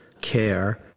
care